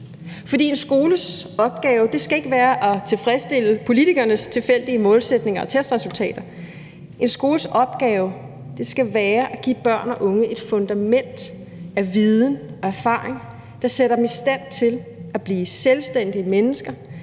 En skoles opgave skal ikke være at tilfredsstille politikernes tilfældige målsætninger og testresultater. En skoles opgave skal være at give børn og unge et fundament af viden og erfaring, der sætter dem i stand til at blive selvstændige mennesker